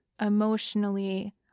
emotionally